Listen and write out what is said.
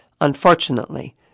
Unfortunately